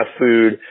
food